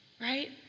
right